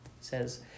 says